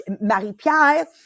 Marie-Pierre